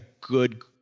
good